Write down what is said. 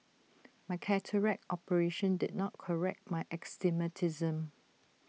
my cataract operation did not correct my astigmatism